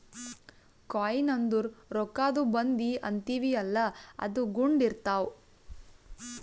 coin ಅಂದುರ್ ರೊಕ್ಕಾದು ಬಂದಿ ಅಂತೀವಿಯಲ್ಲ ಅದು ಗುಂಡ್ ಇರ್ತಾವ್